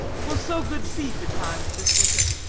we'll sow good seed betimes this winter.